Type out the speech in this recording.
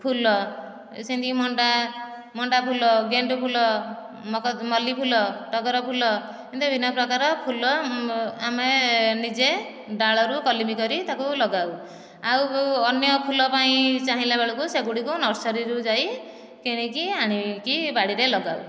ଫୁଲ ସେମିତି ମଣ୍ଡା ମଣ୍ଡା ଫୁଲ ଗେଣ୍ଡୁ ଫୁଲ ମକ ମଲ୍ଲି ଫୁଲ ଟଗର ଫୁଲ ଏମିତି ବିଭିନ୍ନ ପ୍ରକାରର ଫୁଲ ଆମେ ନିଜେ ଡାଳରୁ କଲିମି କରି ତାକୁ ଲଗାଉ ଆଉ ଅନ୍ୟ ଫୁଲ ପାଇଁ ଚାହିଁଲା ବେଳକୁ ସେଗୁଡ଼ିକୁ ନର୍ସରୀକୁ ଯାଇ କିଣିକି ଆଣିକି ବାଡ଼ିରେ ଲଗାଉ